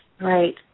Right